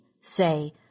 say